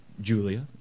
Julia